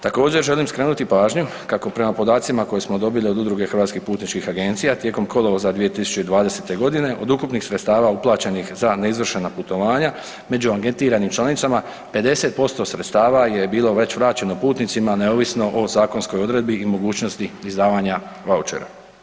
Također, želim skrenuti pažnju kako prema podacima koje smo dobili od Udruge hrvatskih putničkih agencija, tijekom kolovoza 2020. g. od ukupnih sredstava uplaćenih za neizvršena putovanja, među anketiranim članicama, 50% sredstava je bilo već vraćeno putnicima neovisno o zakonskoj odredbi i mogućnosti izdavanja vaučera.